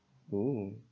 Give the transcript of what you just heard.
oh